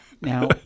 Now